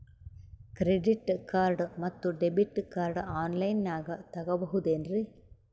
Credit card ಮತ್ತು debit card ಆನ್ ಲೈನಾಗ್ ತಗೋಬಹುದೇನ್ರಿ?